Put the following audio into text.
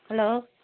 hello